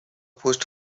pushed